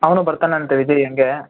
ಅವನು ಬರ್ತಾನಂತೆ ವಿಜಯ ಹಂಗೆ